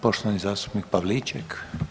Poštovani zastupnik Pavliček.